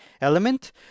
element